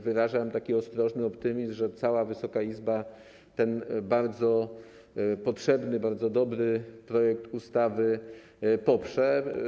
Wyrażam ostrożny optymizm, że cała Wysoka Izba ten bardzo potrzebny, bardzo dobry projekt ustawy poprze.